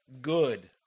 Good